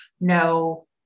no